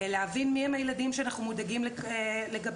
להבין מי הם הילדים שאנחנו מודאגים לגביהם.